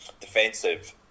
defensive